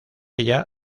ella